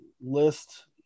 list